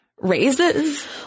raises